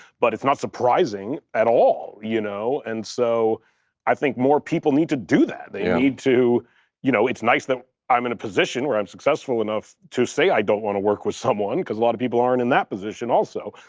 but it's not surprising at all, you know? and so i think more people need to do that. and you know it's nice that i'm in a position where i'm successful enough to say i don't wanna work with someone cause a lot of people aren't in that position also,